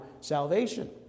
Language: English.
salvation